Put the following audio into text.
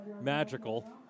magical